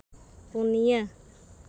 ᱯᱩᱱᱤᱭᱟᱹ